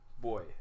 Boy